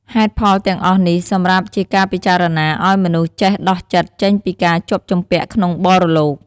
ហេតុផលទាំងអស់នេះ សម្រាប់ជាការពិចារណាអោយមនុស្សចេះដោះចិត្តចេញពីការជាប់ជំពាក់ក្នុងបរលោក។